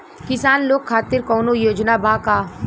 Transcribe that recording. किसान लोग खातिर कौनों योजना बा का?